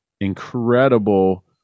incredible